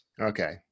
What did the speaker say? Okay